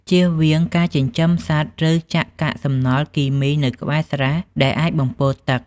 ជៀសវាងការចិញ្ចឹមសត្វ ឬចាក់កាកសំណល់គីមីនៅក្បែរស្រះដែលអាចបំពុលទឹក។